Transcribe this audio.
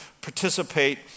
participate